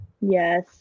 Yes